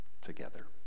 together